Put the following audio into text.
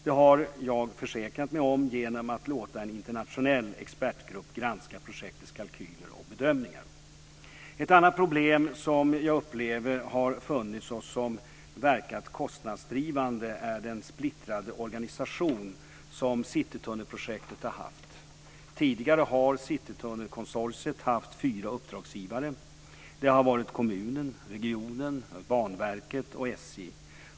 Det har jag försäkrat mig om genom att låta en internationell expertgrupp granska projektets kalkyler och bedömningar. Ett annat problem som jag upplever har funnits och som verkat kostnadsdrivande är den splittrade organisation som Citytunnelprojektet har haft. Tidigare har Citytunnelkonsortiet haft fyra uppdragsgivare. Det har varit kommunen, regionen, Banverket och SJ.